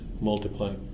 multiply